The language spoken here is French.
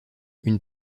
une